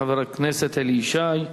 חבר הכנסת אלי ישי.